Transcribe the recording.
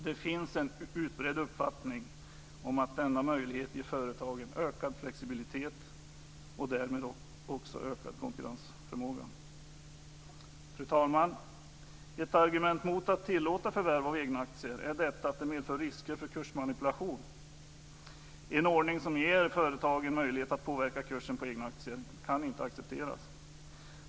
Det finns en utbredd uppfattning om att denna möjlighet ger företagen ökad flexibilitet och därmed också ökad konkurrensförmåga. Fru talman! Ett argument mot att tillåta förvärv av egna aktier är att det medför risker för kursmanipulation. En ordning som ger företagen möjlighet att påverka kursen på egna aktier kan inte accepteras.